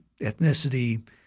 ethnicity